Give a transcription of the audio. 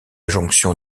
jonction